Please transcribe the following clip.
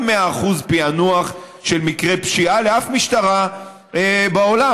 אין 100% פענוח של מקרי פשיעה לאף משטרה בעולם.